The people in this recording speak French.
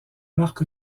marques